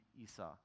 Esau